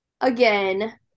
again